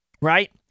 right